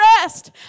rest